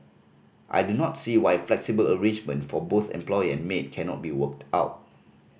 I do not see why a flexible arrangement for both employer and maid cannot be worked out